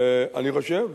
אני חושב,